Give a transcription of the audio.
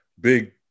big